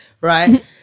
right